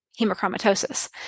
hemochromatosis